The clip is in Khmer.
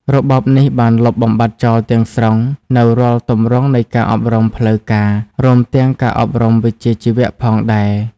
របបនេះបានលុបបំបាត់ចោលទាំងស្រុងនូវរាល់ទម្រង់នៃការអប់រំផ្លូវការ រួមទាំងការអប់រំវិជ្ជាជីវៈផងដែរ។